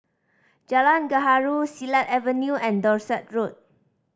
Jalan Gaharu Silat Avenue and Dorset Road